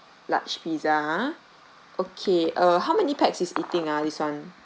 large pizza ah okay uh how many pax is eating ah this [one]